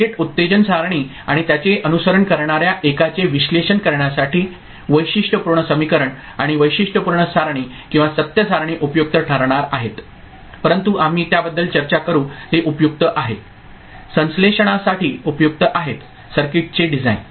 circuit उत्तेजन सारणी आणि त्याचे अनुसरण करणार्या एकाचे विश्लेषण करण्यासाठी वैशिष्ट्यपूर्ण समीकरण आणि वैशिष्ट्यपूर्ण सारणी किंवा सत्य सारणी उपयुक्त ठरणार आहेत परंतु आम्ही त्याबद्दल चर्चा करू ते उपयुक्त आहे संश्लेषणासाठी उपयुक्त आहेत सर्किटचे डिझाइन